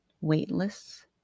weightless